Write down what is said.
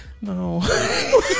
No